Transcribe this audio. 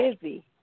busy